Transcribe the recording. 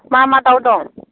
मा मा दाउ दं